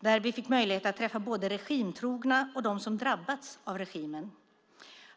där vi fick möjlighet att träffa både regimtrogna och de som drabbats av regimen.